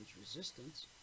resistance